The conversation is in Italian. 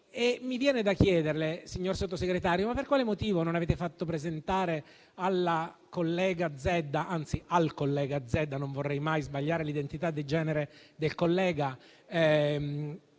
Mi viene da chiederle, signor Sottosegretario, ma per quale motivo non avete fatto presentare alla collega Zedda (anzi, al collega Zedda, non vorrei mai sbagliare l'identità di genere del collega)